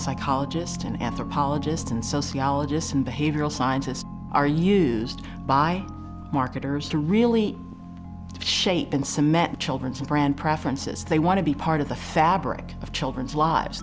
psychologist and anthropologist and sociologists and behavioral scientist are used by marketers to really shape and cement children's and brand preferences they want to be part of the fabric of children's lives